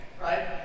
Right